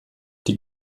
die